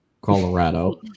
Colorado